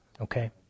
Okay